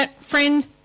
Friend